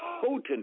potent